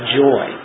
joy